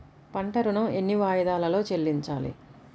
పంట ఋణం ఎన్ని వాయిదాలలో చెల్లించాలి?